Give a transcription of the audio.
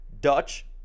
Dutch